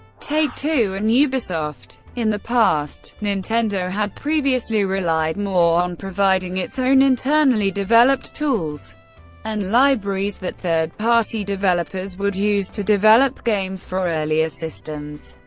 take-two, and ubisoft. in the past, nintendo had previously relied more on providing its own internally developed tools and libraries that third-party developers would use to develop games for earlier systems.